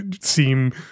seem